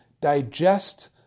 digest